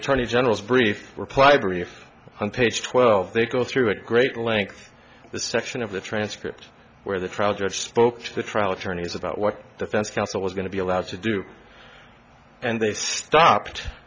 attorney general's brief reply brief on page twelve they go through at great length the section of the transcript where the trial judge spoke to the trial attorneys about what defense council was going to be allowed to do and they stopped